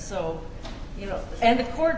so you know and the court